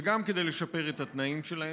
וגם כדי לשפר את התנאים שלהם,